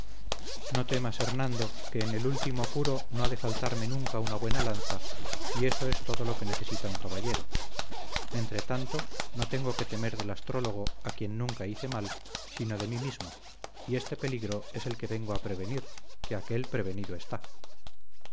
no temas hernando que en el último apuro no ha de faltarme nunca una buena lanza y eso es todo lo que necesita un caballero entretanto no tengo que temer del astrólogo a quien nunca hice mal sino de mí mismo y este peligro es el que vengo a prevenir que aquél prevenido está